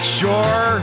sure